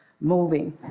moving